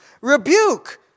rebuke